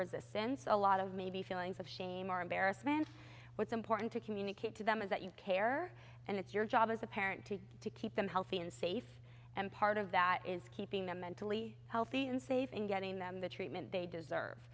resistance a lot of maybe feelings of shame or embarrassment what's important to communicate to them is that you care and it's your job as a parent to keep them healthy and safe and part of that is keeping them mentally healthy and safe and getting them the treatment they deserve